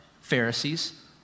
Pharisees